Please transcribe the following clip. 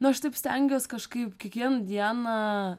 nu aš taip stengiuos kažkaip kiekvieną dieną